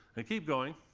and keep going,